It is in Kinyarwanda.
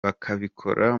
bakabikora